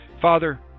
Father